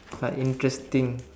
like interesting